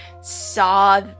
saw